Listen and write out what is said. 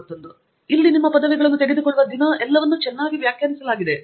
ಇಲ್ಲಿ ನಿಮ್ಮ ಪದವಿಗಳನ್ನು ತೆಗೆದುಕೊಳ್ಳುವ ದಿನವೆಲ್ಲವನ್ನೂ ಚೆನ್ನಾಗಿ ವ್ಯಾಖ್ಯಾನಿಸಲಾಗಿದೆ